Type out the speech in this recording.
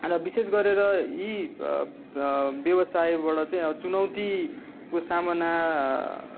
र विशेष गरेर यी व व व्यवसायबाट चाहिँ अब चुनौतीको सामना